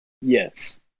Yes